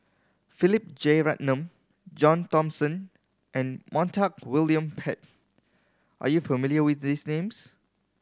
Philip Jeyaretnam John Thomson and Montague William Pett are you familiar with these names